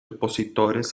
opositores